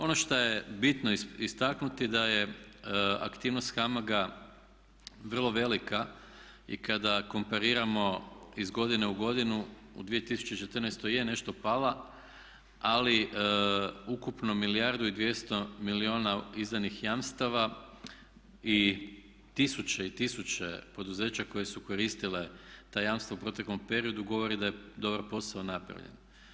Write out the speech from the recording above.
Ono šta je bitno istaknuti da je aktivnost HAMAG-a vrlo velika i kad kompariramo iz godine u godinu u 2014.je nešto pala ali ukupno 1 milijardu i 200 milijuna izdanih jamstava i tisuće i tisuće poduzeća koje su koristile ta jamstva u proteklom periodu govori da je dobar posao napravljeno.